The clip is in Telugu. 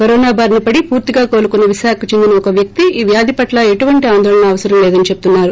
కరోనా బారిన పడి పూర్తిగా కోలుకున్న విశాఖకు చెందిన ఒక వ్వక్తి ఈ వ్యాధి పట్ల ఎటువంటి ఆందోళన అవసరం లేదని చెబుతున్నారు